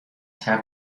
have